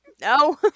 No